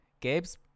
Gabe's